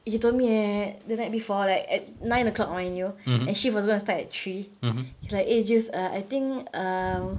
he told me at the night before like at nine o'clock mind you and shift was going to start at three he's like eh just I think err